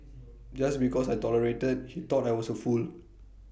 just because I tolerated he thought I was A fool